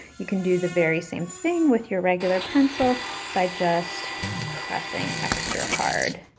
you can do the very same thing with your regular pencil by just pressing extra hard.